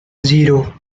zero